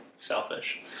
Selfish